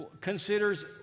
considers